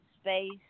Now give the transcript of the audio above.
space